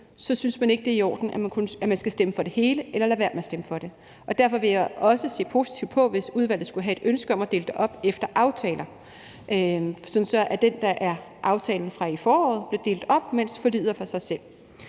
så synes man ikke, det er i orden, at man skal stemme for det hele eller lade være med at stemme for det. Og derfor vil jeg også se positivt på det, hvis udvalget skulle have et ønske om at dele det op efter aftaler, sådan at det, der er aftalen fra i foråret, bliver delt op, mens forliget er for sig selv.